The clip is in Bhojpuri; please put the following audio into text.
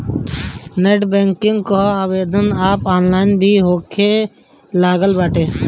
नेट बैंकिंग कअ आवेदन अब ऑनलाइन भी होखे लागल बाटे